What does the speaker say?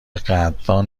قدردان